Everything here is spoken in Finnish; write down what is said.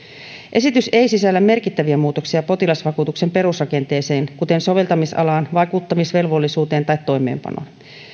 esitys ei sisällä merkittäviä muutoksia potilasvakuutuksen perusrakenteeseen kuten soveltamisalaan vakuuttamisvelvollisuuteen tai toimeenpanoon